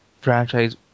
franchise